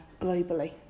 globally